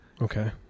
Okay